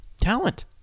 Talent